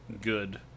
good